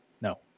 No